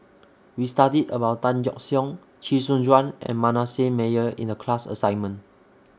We studied about Tan Yeok Seong Chee Soon Juan and Manasseh Meyer in The class assignment